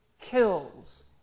kills